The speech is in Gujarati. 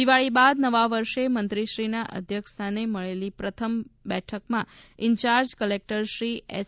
દિવાળી બાદ નવા વર્ષે મંત્રીશ્રીના અધ્યક્ષ સ્થાને મળેલી પ્રથમ બેઠકમા ઇન્ચાર્જ કલેકટર શ્રી એચ